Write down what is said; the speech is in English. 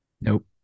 nope